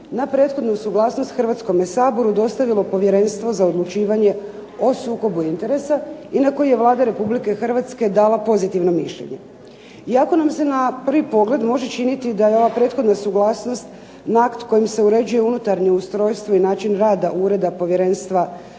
na prethodnu suglasnost Hrvatskome saboru dostavilo Povjerenstvo za odlučivanje o sukobu interesa i na koji je Vlada Republike Hrvatske dala pozitivno mišljenje. Iako nam se na prvi pogled može činiti da je ova prethodna suglasnost na akt kojim se uređuje unutarnje ustrojstvo i način rada Ureda povjerenstva za